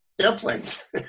airplanes